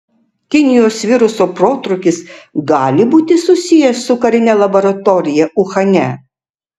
kinijos viruso protrūkis gali būti susijęs su karine laboratorija uhane